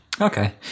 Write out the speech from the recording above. Okay